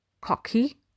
cocky